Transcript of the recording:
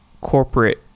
corporate